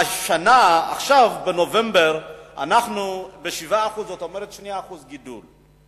עכשיו, בנובמבר, אנחנו ב-7% זאת אומרת, 2% גידול.